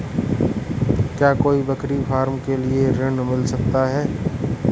क्या कोई बकरी फार्म के लिए ऋण मिल सकता है?